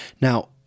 Now